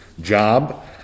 job